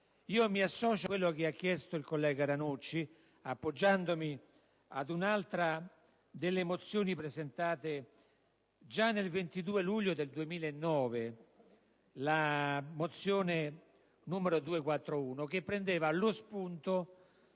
Mi associo a quanto ha chiesto il collega Ranucci, appoggiandomi ad un'altra delle mozioni presentate già il 22 luglio 2009, la mozione n. 241, che prendeva lo spunto